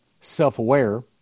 self-aware